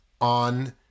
on